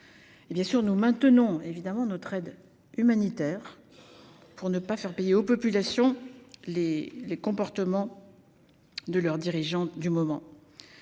Bien sûr, nous maintenons notre aide humanitaire, pour ne pas faire payer aux populations les comportements de leurs dirigeants du moment.